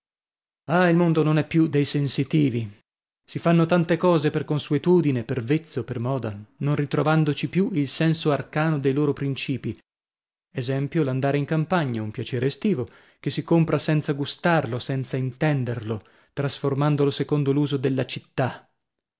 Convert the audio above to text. ah il mondo non è più dei sensitivi si fanno tante cose per consuetudine per vezzo per moda non ritrovandoci più il senso arcano dei loro principii esempio l'andare in campagna un piacere estivo che si compra senza gustarlo senza intenderlo trasformandolo secondo l'uso della città